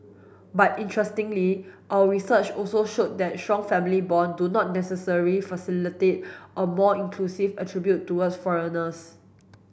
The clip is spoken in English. but interestingly our research also showed that strong family bond do not necessarily facilitate a more inclusive attribute towards foreigners